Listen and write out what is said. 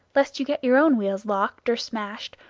lest you get your own wheels locked or smashed,